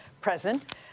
present